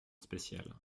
spéciale